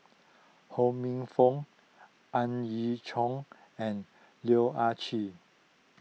Ho Minfong Ang Yau Choon and Loh Ah Chee